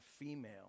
female